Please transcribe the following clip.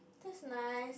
that's nice